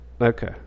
Okay